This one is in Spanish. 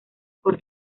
por